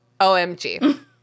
OMG